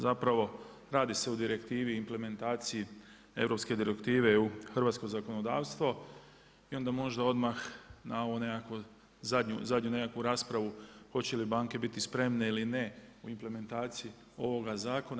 Zapravo radi se o direktivi implementaciji europske direktive u hrvatsko zakonodavstvo i onda možda odmah na ovu zadnju raspravu hoće li banke biti spremne ili ne u implementaciji ovoga zakona.